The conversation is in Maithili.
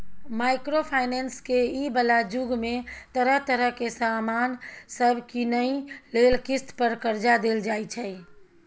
माइक्रो फाइनेंस के इ बला जुग में तरह तरह के सामान सब कीनइ लेल किस्त पर कर्जा देल जाइ छै